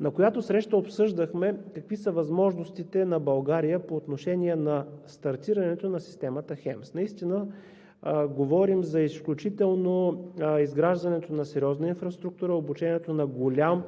на която среща обсъждахме какви са възможностите на България по отношение на стартирането на системата HEMS. Наистина говорим изключително за изграждането на сериозна инфраструктура, обучението на голям